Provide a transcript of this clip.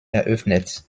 eröffnet